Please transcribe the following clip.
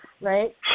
right